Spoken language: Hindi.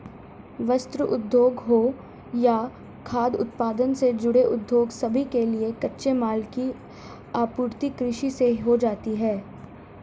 वस्त्र उद्योग हो या खाद्य उत्पादन से जुड़े उद्योग सभी के लिए कच्चे माल की आपूर्ति कृषि से ही होती है